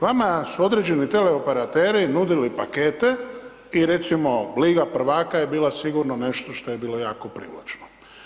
Vama su određeni teleoperateri nudili pakete i recimo liga prvaka je bila sigurno nešto što je bilo privlačno.